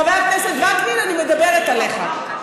חבר הכנסת וקנין, אני מדברת עליך.